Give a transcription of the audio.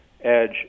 edge